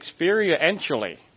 experientially